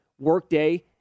Workday